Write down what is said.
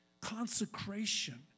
Consecration